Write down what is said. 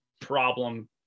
problem